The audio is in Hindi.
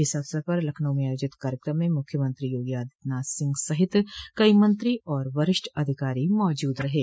इस अवसर पर लखनऊ में आयोजित कार्यक्रम में मुख्यमंत्री योगी आदित्यनाथ सिंह सहित कई मंत्री और वरिष्ठ अधिकारी मौजूद रहें